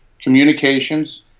communications